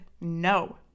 no